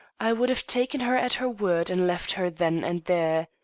i would have taken her at her word and left her then and there.